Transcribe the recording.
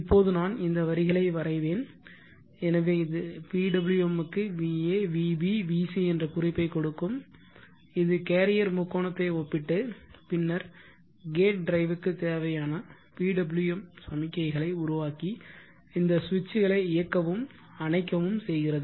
இப்போது நான் இந்த வரிகளை வரைவேன் எனவே இது PWM க்கு va vb vc என்ற குறிப்பைக் கொடுக்கும் இது கேரியர் முக்கோணத்தை ஒப்பிட்டு பின்னர் கேட் டிரைவிற்கு தேவையான PWM சமிக்ஞைகளை உருவாக்கி இந்த சுவிட்சுகளை இயக்கவும் அணைக்கவும் செய்கிறது